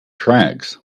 tracks